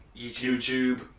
YouTube